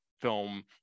film